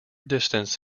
distanced